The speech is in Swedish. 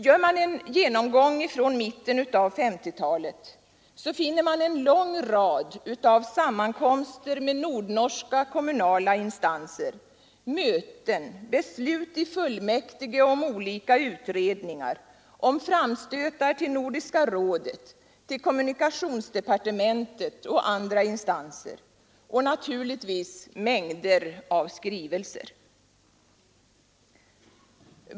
Gör man en genomgång från mitten av 1950-talet, finner man en lång rad av sammankomster med nordnorska kommunala instanser, av möten och av beslut i fullmäktige om olika utredningar, om framstötar till Nordiska rådet och till kommunikationsdepartementet och andra instanser, och naturligtvis mängder av skrivelser.